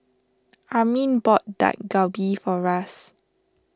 Armin bought Dak Galbi for Ras